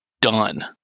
done